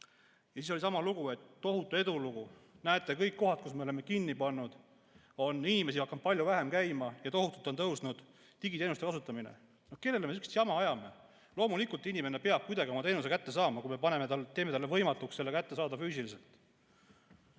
Siis oli sama lugu, et tohutu edulugu, näete, kõigis kohtades, kus me oleme need kinni pannud, on inimesed hakanud palju vähem kohal käima ja tohutult on tõusnud digiteenuste kasutamine. No kellele me sihukest jama ajame? Loomulikult, inimene peab kuidagi oma teenuse kätte saama, kui me teeme talle võimatuks seda kätte saada füüsiliselt.